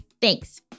Thanks